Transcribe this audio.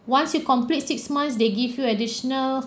once you complete six months they give you additional